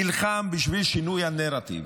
נלחם בשביל שינוי הנרטיב,